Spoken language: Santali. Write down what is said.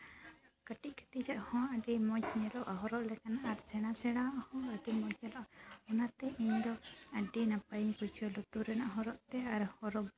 ᱠᱟᱹᱴᱤᱡ ᱠᱟᱹᱴᱤᱡᱟᱜ ᱦᱚᱸ ᱟᱹᱰᱤ ᱢᱚᱡᱽ ᱧᱮᱞᱚᱜᱼᱟ ᱦᱚᱨᱚᱜ ᱞᱮᱠᱷᱟᱱ ᱟᱨ ᱥᱮᱬᱟ ᱥᱮᱬᱟᱣᱟᱜ ᱦᱚᱸ ᱟᱹᱰᱤ ᱢᱚᱡᱽ ᱧᱮᱞᱚᱜᱼᱟ ᱚᱱᱟᱛᱮ ᱤᱧ ᱫᱚ ᱟᱹᱰᱤ ᱱᱟᱯᱟᱭᱤᱧ ᱵᱩᱡᱷᱟᱹᱣᱟ ᱞᱩᱛᱩᱨ ᱨᱮᱱᱟᱜ ᱦᱚᱨᱚᱜ ᱛᱮ ᱟᱨ ᱦᱚᱨᱚᱜᱽ ᱜᱤᱭᱟᱹᱧ